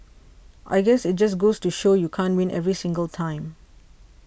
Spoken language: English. I guess it just goes to show you can't win every single time